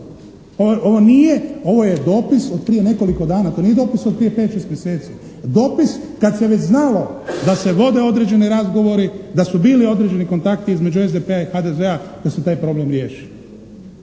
pobjeći. Ovo je dopis od prije nekoliko dana, to nije dopis od prije 5-6 mjeseci. Dopis kad se već znalo da se vode određeni razgovori, da su bili određeni kontakti između SDP-a i HDZ-a, da se taj problem riješi.